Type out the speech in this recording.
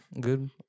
good